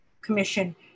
commission